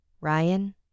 Ryan